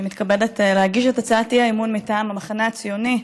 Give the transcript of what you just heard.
אני מתכבדת להגיש את הצעת האי-אמון מטעם המחנה הציוני.